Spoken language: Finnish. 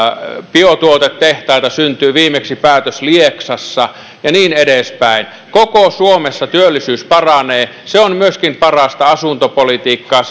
biotuotetehtaita syntyy viimeksi päätös lieksassa ja niin edespäin koko suomessa työllisyys paranee se on myöskin parasta asuntopolitiikkaa